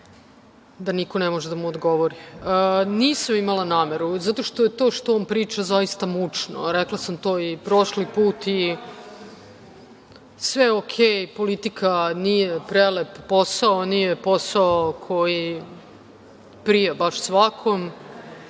da niko ne može da mu odgovori. Nisam imala nameru zato što je to što on priča zaista mučno, a rekla sam to i prošli put i sve u redu, politika nije prelep posao, nije posao koji prija baš svakom,